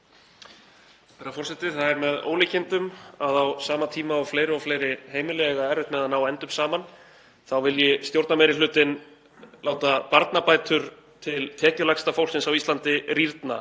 Það er með ólíkindum að á sama tíma og fleiri og fleiri heimili eiga erfitt með að ná endum saman þá vilji stjórnarmeirihlutinn láta barnabætur til tekjulægsta fólksins á Íslandi rýrna